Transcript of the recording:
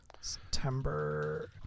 september